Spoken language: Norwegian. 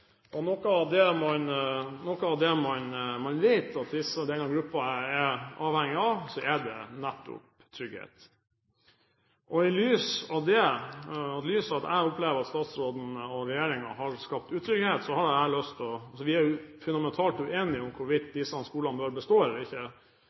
utrygghet. Noe av det man vet at denne gruppen er avhengig av, er nettopp trygghet. I lys av det og i lys av at jeg opplever at statsråden og regjeringen har skapt utrygghet – vi er fundamentalt uenige om hvorvidt